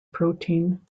protein